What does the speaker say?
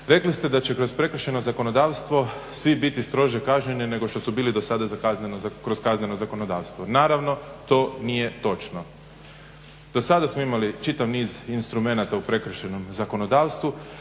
rekli ste da će kroz prekršajno zakonodavstvo svi biti strože kažnjeni nego što su bili do sada kroz kazneno zakonodavstvo. Naravno to nije točno. Do sada smo imali čitav niz instrumenata u prekršajnom zakonodavstvu,